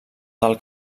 del